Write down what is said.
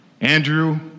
Andrew